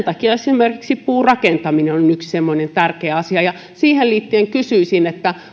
takia esimerkiksi puurakentaminen on yksi semmoinen tärkeä asia ja siihen liittyen kysyisin